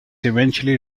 eventually